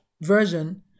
version